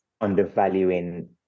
undervaluing